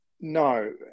No